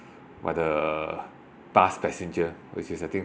by the bus passenger which is I think